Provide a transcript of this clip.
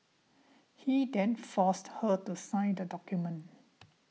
he then forced her to sign the document